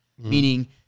Meaning